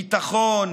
ביטחון,